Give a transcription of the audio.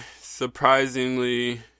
surprisingly